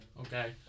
Okay